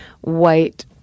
white